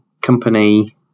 company